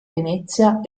venezia